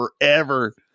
forever